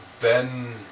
Ben